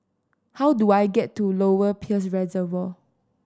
how do I get to Lower Peirce Reservoir